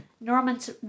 Norman's